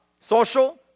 social